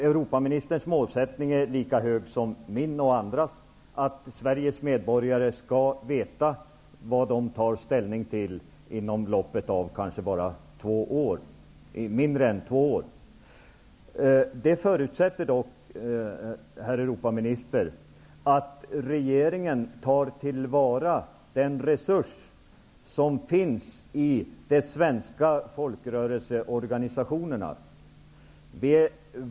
Europaministerns målsättning är lika hög som min och andras, att Sveriges medborgare skall veta vad de har att ta ställning till inom loppet av mindre än bara två år. Det förutsätter att regeringen tar till vara den resurs som finns i de svenska folkrörelseorganisationerna.